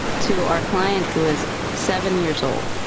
to our client who is seven years old.